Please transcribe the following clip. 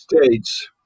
states